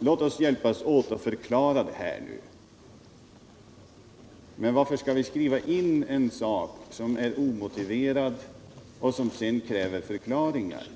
Låt oss nu hjälpas åt att förklara det här, säger Per Petersson. Men varför skall vi skriva in någonting som är omotiverat och som sedan kräver förklaringar?